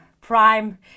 prime